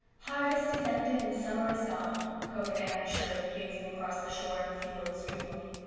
harvest is ended and summer is gone, quoted anne shirley, gazing across the shorn fields dreamily.